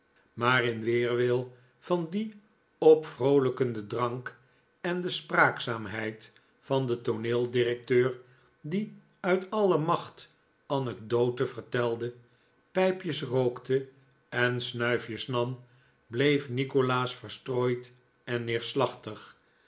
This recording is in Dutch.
maar in weerwil van dien opvroolijkenden drank en de spraakzaamheid van den tooneeldirecteur die uit alie macht anecdoten vertelde pijpjes rookte en snuifjes nam bleef nikolaas verstrooid en neerslachtig